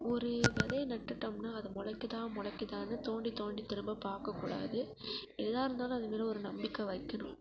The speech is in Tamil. ஒரு விதைய நட்டுட்டோம்னால் அது முளைக்குதா முளைக்குதான்னு தோண்டி தோண்டி திரும்ப பார்க்கக்கூடாது ஏதா இருந்தாலும் அதுமேல் ஒரு நம்பிக்கை வைக்கணும்